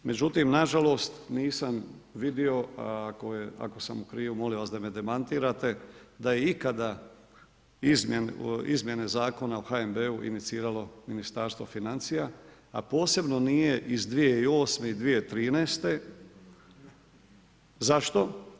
Međutim, nažalost, nisam vidio, ako sam u krivu molim vas da me demantirate, da je ikada izmjene Zakona o HNB-u inicirali Ministarstvo financija, a posebno nije iz 2008. i 2013. zašto?